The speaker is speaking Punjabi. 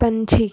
ਪੰਛੀ